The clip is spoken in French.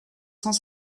cent